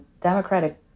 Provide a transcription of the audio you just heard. Democratic